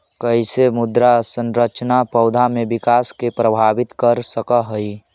कईसे मृदा संरचना पौधा में विकास के प्रभावित कर सक हई?